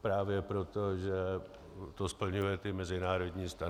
Právě proto, že to splňuje ty mezinárodní standardy.